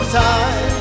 time